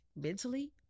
mentally